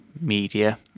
media